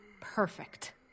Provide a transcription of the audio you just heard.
Perfect